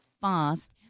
fast